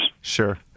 Sure